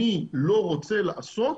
אני לא רוצה לעשות,